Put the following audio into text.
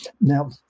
Now